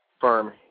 firm